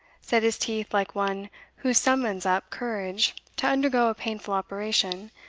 set his teeth like one who summons up courage to undergo a painful operation,